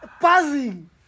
Buzzing